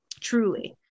Truly